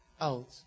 out